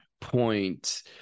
point